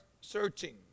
searching